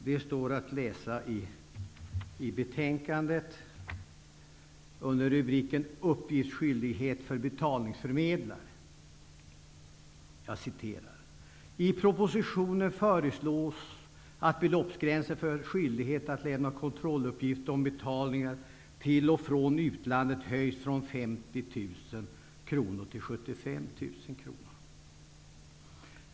Det står att läsa i betänkandet, under rubriken ''I propositionen föreslås att beloppsgränsen för skyldighet att lämna kontrolluppgift om betalningar till och från utlandet höjs från 50 000 kr till 75 000 kr.